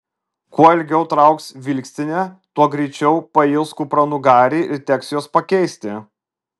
kuo ilgiau trauks vilkstinė tuo greičiau pails kupranugariai ir teks juos keisti